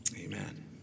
Amen